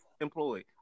employed